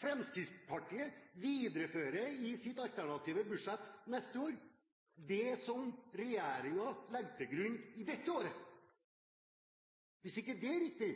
Fremskrittspartiet viderefører i sitt alternative budsjett neste år det som regjeringen legger til grunn i dette året. Hvis ikke det er riktig,